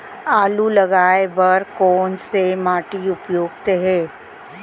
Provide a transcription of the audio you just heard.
आलू लगाय बर कोन से माटी उपयुक्त हे?